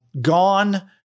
gone